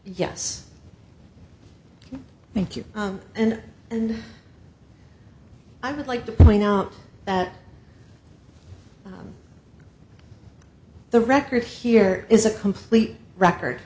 yes thank you and and i would like to point out that the record here is a complete record